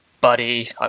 buddy